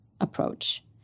approach